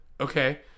Okay